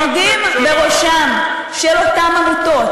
העומדים בראשן של אותן עמותות,